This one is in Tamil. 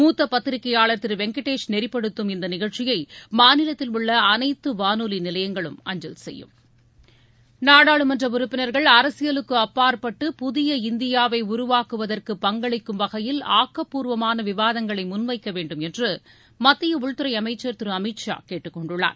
முத்த பத்திரிக்கையாளர் திரு வெங்கடேஷ் நெறிபடுத்தும் இந்த நிகழ்ச்சியை மாநிலத்தில் உள்ள அனைத்து வானொலி நிலையங்களும் அஞ்சல் செய்யும் நாடாளுமன்ற உறுப்பினர்கள் அரசியலுக்கு அப்பாற்பட்டு புதிய இந்தியாவை உருவாக்குவதற்கு பங்களிக்கும் வகையில் ஆக்கப்பூர்வான விவாதங்களை முன்வைக்கவேண்டும் என்று மத்திய உள்துறை அமைச்சர் திரு அமித் ஷா கேட்டுக்கொண்டுள்ளார்